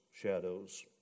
shadows